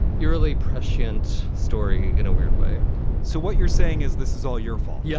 eerily prescient story in a weird way so what you're saying is this is all your fault yeah